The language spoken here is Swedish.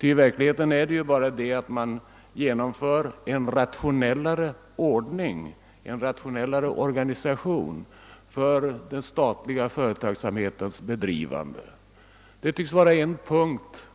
I verkligheten är det bara fråga om att genomföra en mer rationell organisation för den statliga företagsamhetens bedrivande. Det tycks vara en punkt